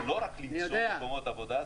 זה לא רק למצוא מקומות עבודה,